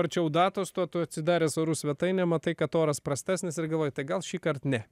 arčiau datos tuo tu atsidaręs orų svetainę matai kad oras prastesnis ir galvoji tai gal šįkart ne